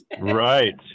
right